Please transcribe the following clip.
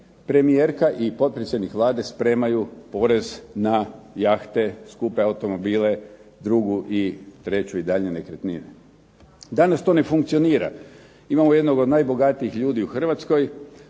premijerka i potpredsjednik Vlade spremaju porez na jahte, skupe automobile, drugu i treću i daljnje nekretnine. Danas to ne funkcionira. Imamo jednog od najbogatijih ljudi u Hrvatskoj.